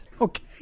okay